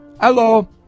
Hello